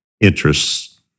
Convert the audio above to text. interests